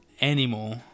anymore